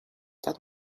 that